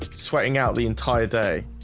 sweating out the entire day